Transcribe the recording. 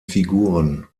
figuren